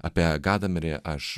apie gadamerį aš